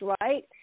right